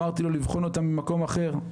כשאמרתי לו לבחון אותם ממקור אחר,